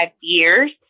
years